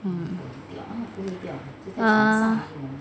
err